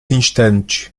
instantes